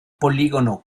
polígono